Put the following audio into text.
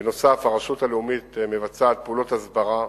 בנוסף, הרשות הלאומית מבצעת פעולות הסברה,